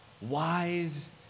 Wise